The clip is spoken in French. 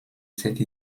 cette